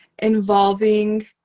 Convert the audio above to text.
involving